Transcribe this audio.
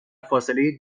فاصله